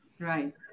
Right